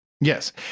Yes